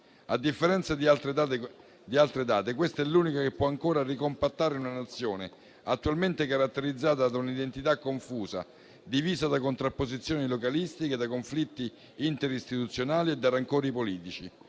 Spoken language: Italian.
A differenza di altre date, questa è l'unica che può ancora ricompattare una Nazione attualmente caratterizzata da un'identità confusa, divisa da contrapposizioni localistiche, dai conflitti interistituzionali e dai rancori politici.